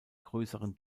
grösseren